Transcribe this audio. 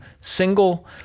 single